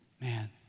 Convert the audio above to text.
man